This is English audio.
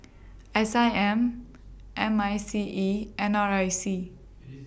S I M M I C E N R I C